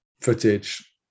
footage